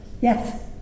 Yes